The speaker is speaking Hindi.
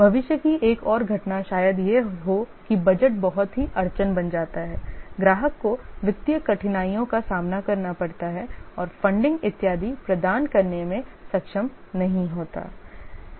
भविष्य की एक और घटना शायद यह हो कि बजट बहुत ही अड़चन बन जाता है ग्राहक को वित्तीय कठिनाइयों का सामना करना पड़ता है और फंडिंग इत्यादि प्रदान करने में सक्षम नहीं होता है